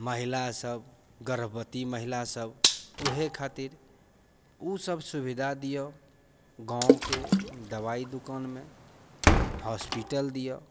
महिला सब गर्भवती महिलासब ओहि खातिर ओसब सुविधा दिऔ गाँवके दवाइ दुकानमे हॉस्पिटल दिअऽ